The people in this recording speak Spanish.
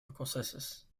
escoceses